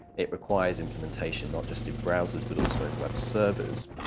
it requires implementation not just in browsers, but also in web servers,